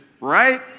right